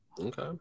Okay